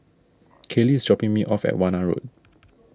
Kayli is dropping me off at Warna Road